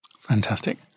Fantastic